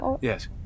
Yes